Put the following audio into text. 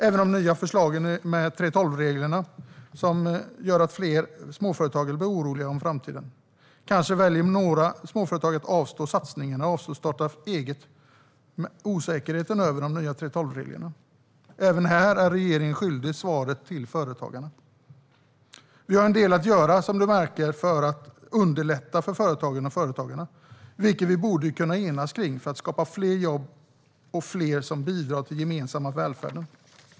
Även de nya förslagen om 3:12-reglerna gör att fler småföretag blir oroliga inför framtiden. Kanske väljer några småföretag att avstå satsningarna och avstå från att starta eget på grund av osäkerheten när det gäller de nya 3:12-reglerna. Även här är regeringen företagen svaret skyldig. Vi har en del att göra, som ministern märker, för att underlätta för företagen och företagarna. Det borde vi kunna enas om för att skapa fler jobb och fler som bidrar till den gemensamma välfärden.